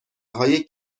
های